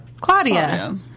Claudia